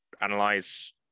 analyze